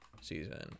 Season